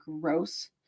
Gross